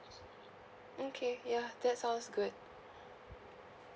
okay ya that sounds good